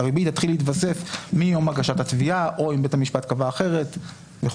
הריבית תתחיל להתווסף מיום הגשת התביעה או אם בית המשפט קבע אחרת וכולי.